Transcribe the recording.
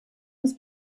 des